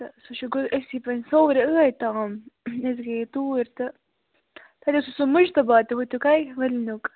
تہٕ سُہ چھُ گوٚو أسی صورٕ ٲدۍ تام أسۍ گٔیے توٗرۍ تہٕ تَتہِ اوسوٕ سُہ مُجتبا تہٕ ہُتیُک سُہ ہے وُلنیُک